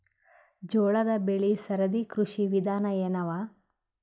ಜೋಳ ಬೆಳಿ ಸರದಿ ಕೃಷಿ ವಿಧಾನ ಎನವ?